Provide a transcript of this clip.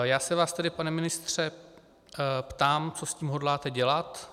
Já se vás tedy, pane ministře, ptám, co s tím hodláte dělat.